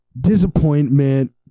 disappointment